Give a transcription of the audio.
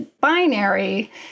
binary